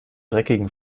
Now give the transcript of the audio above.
dreckigen